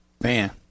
Man